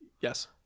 yes